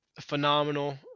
phenomenal